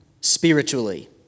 spiritually